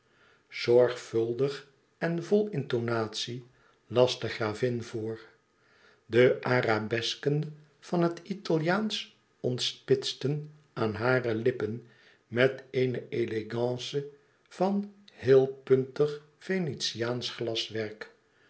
zorgvuldig en vol intonatie las de gravin voor de arabesken van het italiaansch ontspitsten aan hare lippen met eene elegance van heel puntig venetiaansch glaswerk